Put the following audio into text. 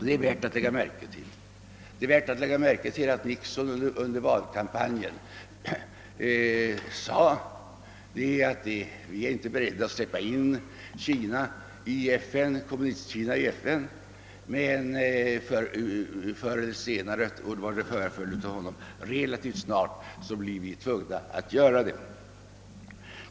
Det är värt att lägga märke till detta, och det är också värt att observera att Nixon under valkampanjen framhöll, att amerikanarna visserligen inte är beredda att släppa in Kommunistkina i FN nu men att de förr eller senare, och det verkade på Nixon som han menade relativt snart, blir tvungna att göra det.